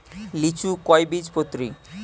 লিচু কয় বীজপত্রী?